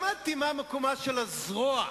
למדתי מה מקומה של הזרוע,